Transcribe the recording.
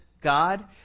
God